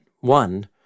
one